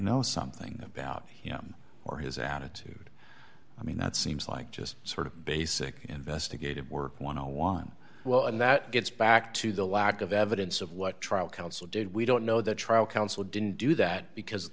know something about him or his attitude i mean that seems like just sort of basic investigative work want to want well and that gets back to the lack of evidence of what trial counsel did we don't know the trial counsel didn't do that because